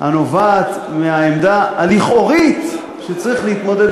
הנובעת מהעמדה הלכאורית שצריך להתמודד